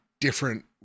different